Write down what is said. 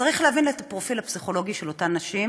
צריך להבין את הפרופיל הפסיכולוגי של אותן נשים,